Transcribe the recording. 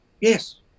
yes